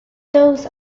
those